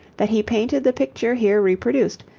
that he painted the picture here reproduced,